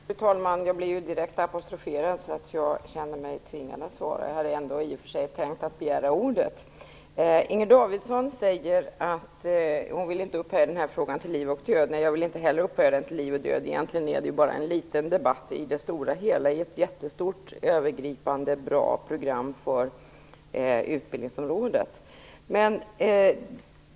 Fru talman! Jag blev direkt apostroferad, så jag känner mig tvingad att svara. Jag hade i och för sig ändå tänkt att begära ordet. Inger Davidson säger att hon inte vill upphöja frågan till att handla om liv och död. Jag vill inte heller upphöja den till att handla om liv och död. Egentligen är det bara en liten debatt i det stora hela. Det är ett jättestort, övergripande bra program för utbildningsområdet.